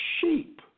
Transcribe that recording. sheep